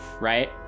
Right